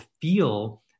feel